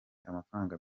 amafaranga